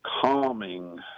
calming